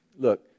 Look